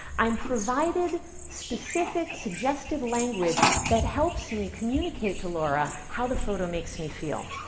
i'm provided specific suggested language that helps me communicate to laura how the photo makes me feel.